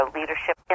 Leadership